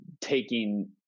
taking